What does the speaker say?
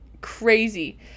crazy